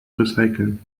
recyceln